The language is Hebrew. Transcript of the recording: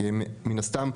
כי מן הסתם,